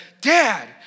Dad